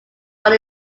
upon